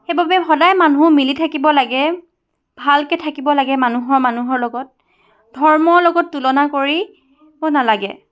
সেইবাবে সদায় মানুহ মিলি থাকিব লাগে ভালকৈ থাকিব লাগে মানুহৰ মানুহৰ লগত ধৰ্মৰ লগত তুলনা কৰিব নালাগে